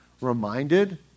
reminded